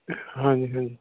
ਹਾਂਜੀ ਹਾਂਜੀ